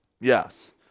Yes